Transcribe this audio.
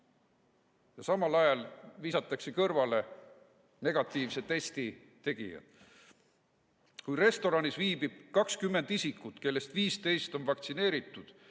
Samal ajal visatakse kõrvale negatiivse testi tegijad. Kui restoranis viibib 20 isikut, kellest 15 on vaktsineeritud